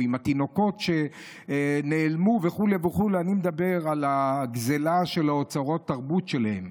או התינוקות שנעלמו וכו' וכו' אני מדבר על הגזלה של אוצרות התרבות שלהם.